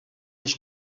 ich